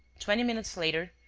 twenty minutes later,